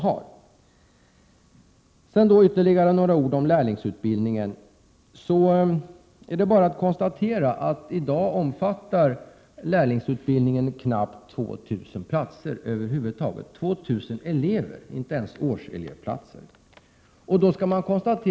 Sedan ytterligare några ord om lärlingsutbildningen. Det är bara att konstatera att lärlingsutbildningen i dag omfattar knappt 2 000 platser, dvs. 2 000 elever —- inte ens årselevplatser.